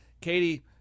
Katie